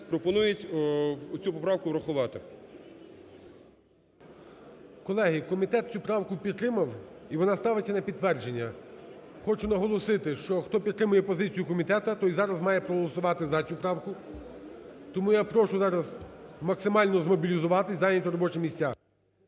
пропонує цю поправку врахувати. ГОЛОВУЮЧИЙ. Колеги, комітет цю правку підтримав і вона ставиться на підтвердження. Хочу наголосити, що хто підтримує позицію комітету, той зараз має проголосувати за цю правку. Тому я прошу максимально зараз змобілізуватися, зайняти робочі місця.